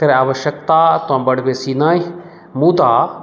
केर आवश्यकता तऽ बड्ड बेसी नहि मुदा